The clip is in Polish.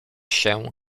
się